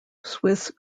swiss